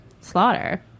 slaughter